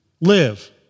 live